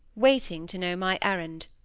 waiting to know my errand.